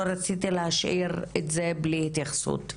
אני לא רציתי להשאיר את זה בלי התייחסות.